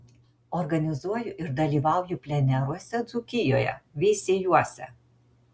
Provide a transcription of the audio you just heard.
organizuoju ir dalyvauju pleneruose dzūkijoje veisiejuose